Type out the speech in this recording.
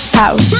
house